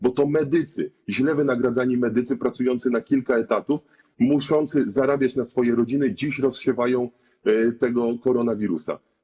Bo to medycy, źle wynagradzani medycy pracujący na kilka etatów, którzy muszą zarabiać na swoje rodziny, dziś rozsiewają koronawirusa.